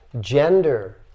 Gender